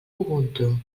ubuntu